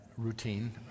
routine